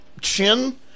chin